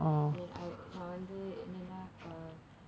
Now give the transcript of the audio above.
then I நா வந்து என்னனா:naa vanthu ennanaa